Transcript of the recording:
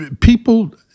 people